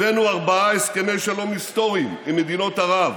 הבאנו ארבעה הסכמי שלום היסטוריים עם מדינות ערב,